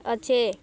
ଅଛେ